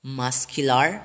muscular